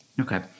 Okay